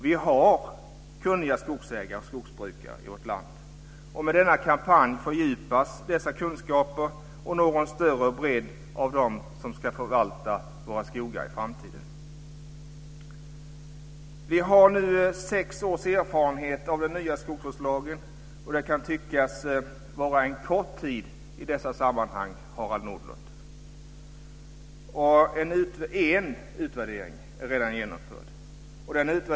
Vi har kunniga skogsägare och skogsbrukare i vårt land. Med denna kampanj fördjupas dessa kunskaper och når en större bredd hos dem som ska förvalta våra skogar i framtiden. Vi har nu sex års erfarenhet av den nya skogsvårdslagen. Det kan tyckas vara en kort tid i dessa sammanhang, Harald Nordlund. En utvärdering är redan genomförd.